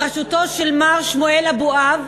בראשותו של מר שמואל אבואב,